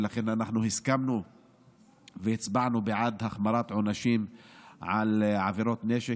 ולכן אנחנו הסכמנו והצבענו בעד החמרת עונשים על עבירות נשק,